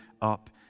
up